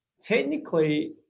technically